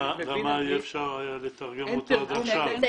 למה אי אפשר היה לתרגם אותו עד עכשיו?